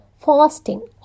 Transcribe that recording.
fasting